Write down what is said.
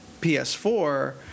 PS4